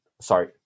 sorry